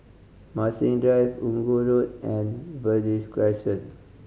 Marsiling Drive Inggu Road and Verde Crescent